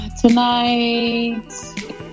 tonight